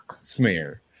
Smear